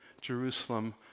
Jerusalem